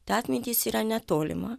ta atmintis yra netolima